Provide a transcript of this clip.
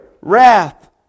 wrath